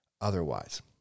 otherwise